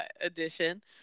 edition